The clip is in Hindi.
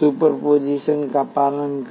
सुपरपोजिशन का पालन करें